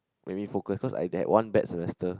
maybe focus cause I that one bad semester